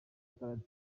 karate